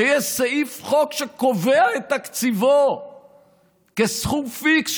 שיש סעיף חוק שקובע את תקציבו כסכום פיקס,